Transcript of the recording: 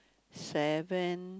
seven